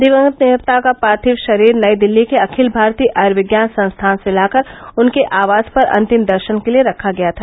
दिवंगत नेता का पार्थिव शरीर नई दिल्ली के अखिल भारतीय आयूर्विज्ञान संस्थान से लाकर उनके आवास पर अंतिम दर्शन के लिए रखा गया था